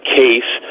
case